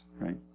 right